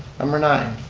number nine.